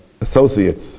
associates